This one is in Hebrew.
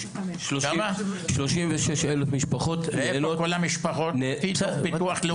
36 אלף משפחות --- כל המשפחות ביטוח לאומי.